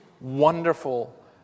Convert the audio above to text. wonderful